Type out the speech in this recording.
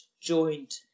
joint